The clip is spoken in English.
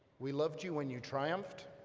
we loved you when you triumphed,